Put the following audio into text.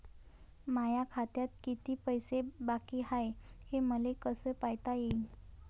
माया खात्यात किती पैसे बाकी हाय, हे मले कस पायता येईन?